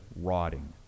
rotting